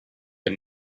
but